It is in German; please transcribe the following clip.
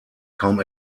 kaum